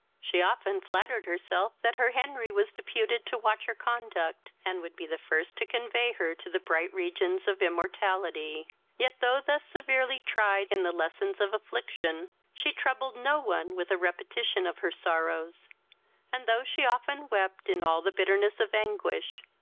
she often flattered herself that her henry was deputed to watch her conduct, and would be the first to convey her to the bright regions of immortality yet, though thus severely tried in the lessons of affliction, she troubled no one with a repetion of her sorrows and, though she often wept in all the bitterness of anguish,